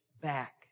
back